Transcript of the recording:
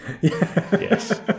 yes